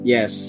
Yes